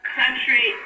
country